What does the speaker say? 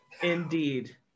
indeed